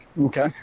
okay